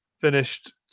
Finished